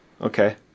Okay